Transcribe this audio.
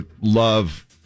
love